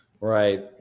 Right